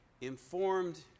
informed